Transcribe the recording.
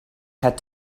had